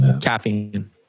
caffeine